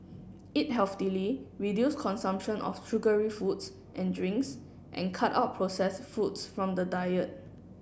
eat healthily reduce consumption of sugary foods and drinks and cut out processed foods from the diet